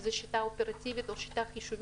אם זו השיטה האופרטיבית או השיטה החישובית,